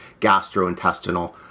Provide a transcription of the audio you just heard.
gastrointestinal